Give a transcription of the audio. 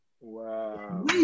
Wow